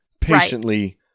patiently